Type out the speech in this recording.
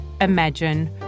imagine